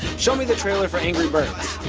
show me the trailer for angry birds.